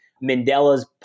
Mandela's